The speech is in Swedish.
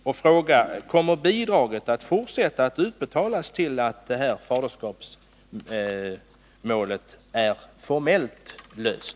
Och jag vill fråga: Kommer bidraget att utbetalas till dess att faderskapsmålet är formellt löst?